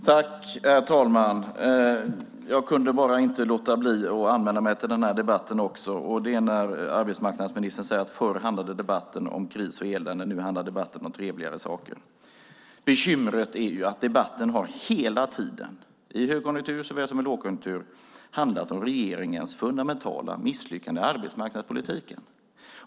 Herr talman! Jag kunde inte låta bli att anmäla mig till den här debatten när arbetsmarknadsministern sade att förr handlade debatten om kris och elände, men nu handlar den om trevligare saker. Bekymret är att debatten hela tiden - såväl i högkonjunktur som i lågkonjunktur - handlat om regeringens fundamentala misslyckande i arbetsmarknadspolitiken.